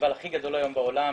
פסטיבל הכי גדול היום בעולם,